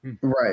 Right